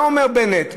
מה אומר בנט?